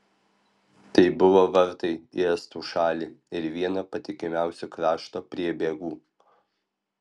tai buvo vartai į estų šalį ir viena patikimiausių krašto priebėgų